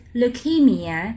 leukemia